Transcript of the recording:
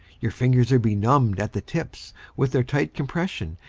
your fingers are benumbed at the tips with their tight compression,